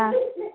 ஆ